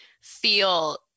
feel